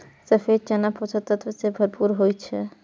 सफेद चना पोषक तत्व सं भरपूर होइ छै